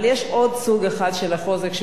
אבל יש עוד סוג אחד של חוזק,